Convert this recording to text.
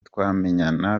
twamenyana